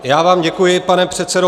Já vám děkuji, pane předsedo.